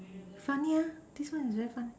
funny this one is very fun